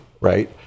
right